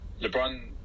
LeBron